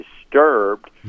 disturbed